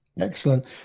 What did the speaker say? excellent